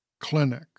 Clinic